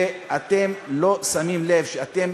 ואתם לא שמים לב שאתם,